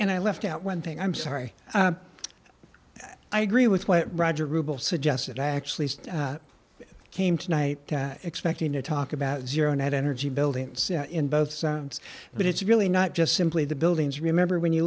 and i left out one thing i'm sorry i agree with what roger rubel suggested i actually came tonight expecting to talk about zero net energy building in both sides but it's really not just simply the buildings remember when you